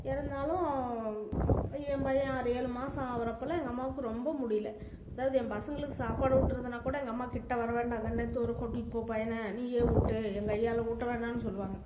இறந்தாலும் என் பையன் ஆறு ஏழு மாதம் ஆகிறப்பல்லாம் எங்கள் அம்மாவுக்கு ரொம்ப முடியல அதாவது என் பசங்களுக்கு சாப்பாடு ஊட்டுறதுனா கூட எங்கள் அம்மா கிட்ட வர வேண்டாம்கண்ணு தூரம் கூட்டிகிட்டு போ பையனை நீயே ஊட்டு என்கையால ஊட்ட வேணாம்னு சொல்லுவாங்க